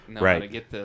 right